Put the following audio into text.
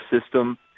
system